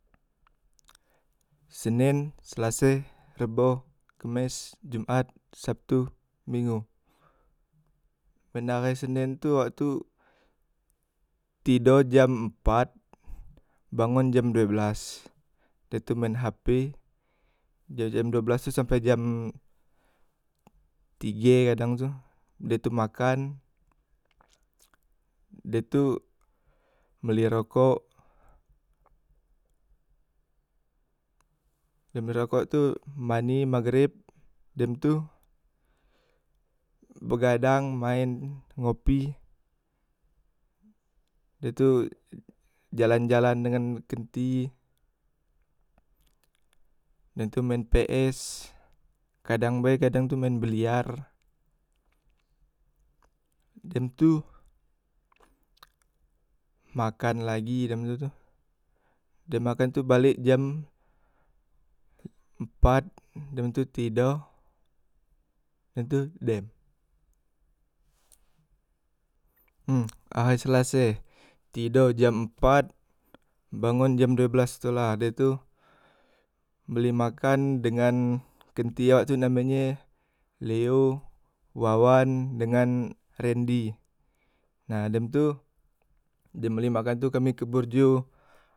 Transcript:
Senin, selase, rebo, kemes, jumat, sabtu, minggu, men ahai senen tu awak tu tido jam empat, bangon jam due belas da tu main hp dari jam due belas tu sampe jam tige kadang tu da tu makan de tu beli rokok dem beli rokok tu mandi, magreb, dem tu begadang maen ngopi, da tu jalan- jalan dengan kenti da tu main ps kadang be, kadang tu maen biliar dem tu dem tu makan lagi dem tu tu dem makan tu balek jam empat dem tu tido, dem tu dem. Em ahai selase, tido dam empat bangon jam due belas tu la dem tu beli makan dengan kenti awak tu name e leo, wawan, dengan rendi, na dem tu dem beli makan tu kami ke borjo.